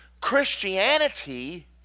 Christianity